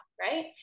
right